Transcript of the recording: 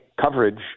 coverage